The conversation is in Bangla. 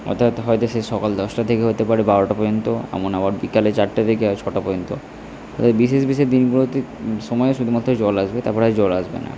অর্থাৎ হয়তো সে সকাল দশটা থেকে হতে পারে বারোটা পর্যন্ত এমন আবার বিকালে চারটা থেকে ছটা পর্যন্ত এই বিশেষ বিশেষ দিনগুলোতে সময়ে শুধুমাত্র জল আসবে তার পরে আর জল আসবে না